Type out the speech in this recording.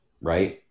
right